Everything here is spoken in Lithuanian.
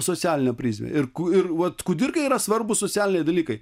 socialinę prizmę ir ku ir vat kudirkai yra svarbūs socialiniai dalykai